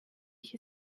ich